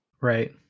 Right